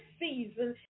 season